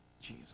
Jesus